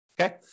Okay